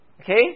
Okay